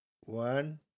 One